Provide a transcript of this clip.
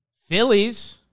Phillies